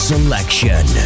Selection